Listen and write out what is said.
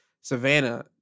savannah